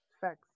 Thanks